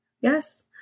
Yes